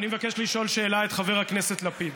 אני מבקש לשאול שאלה את חבר הכנסת לפיד.